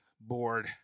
board